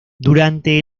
durante